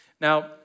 Now